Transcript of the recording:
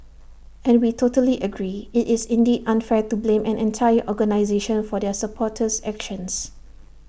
and we totally agree IT is indeed unfair to blame an entire organisation for their supporters actions